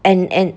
and and